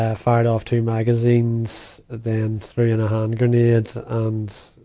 yeah fired off two magazines, then threw in a hand grenade. and,